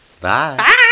bye